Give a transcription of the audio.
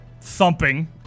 thumping